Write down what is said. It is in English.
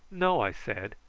no, i said,